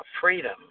freedom